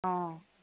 অঁ